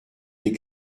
des